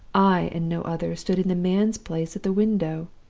i, and no other, stood in the man's place at the window.